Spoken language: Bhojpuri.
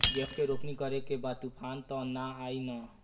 गेहूं के रोपनी करे के बा तूफान त ना आई न?